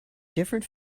different